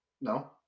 No